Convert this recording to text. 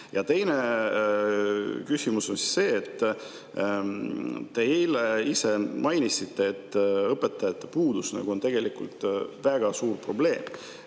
Ja teine küsimus on selle kohta, et te eile ise mainisite, et õpetajate puudus on tegelikult väga suur probleem.